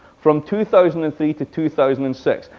from two thousand and three to two thousand and six.